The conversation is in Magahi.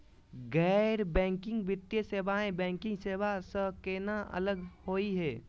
गैर बैंकिंग वित्तीय सेवाएं, बैंकिंग सेवा स केना अलग होई हे?